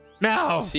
Now